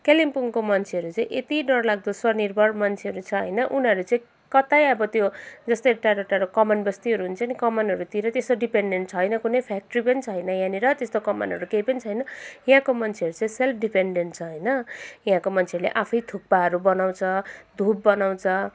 कालिम्पोङको मान्छेहरू चाहिँ यति डरलाग्दो स्वनिर्भर मान्छेहरू छ होइन उनीहरू चाहिँ कतै अब त्यो जस्तै टाढो टाढो कमान बस्तीहरू हुन्छ नि कमानहरूतिर त्यस्तो डिपेन्डेन्ट छैन कुनै फ्याक्ट्री पनि छैन यहाँनिर त्यस्तो कमानहरू केही पनि छैन यहाँको मान्छेहरू चाहिँ सेल्फ डिपेन्डेन्ट छ होइन यहाँको मान्छेहरूले आफै थुक्पाहरू बनाउँछ धुप बनाउँछ